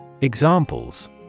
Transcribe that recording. Examples